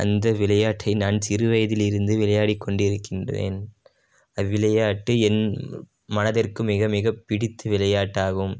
அந்த விளையாட்டை நான் சிறு வயதிலிருந்து விளையாடிக் கொண்டிருக்கின்றேன் அது விளையாட்டு என் மனதிற்கு மிகமிகப் பிடித்த விளையாட்டாகும்